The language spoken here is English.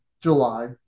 July